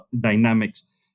dynamics